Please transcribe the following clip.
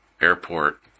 airport